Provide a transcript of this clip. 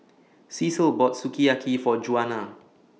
Cecile bought Sukiyaki For Djuana